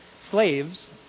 Slaves